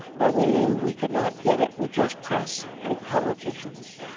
but we knew we could not get it with just press and politicians.